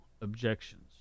objections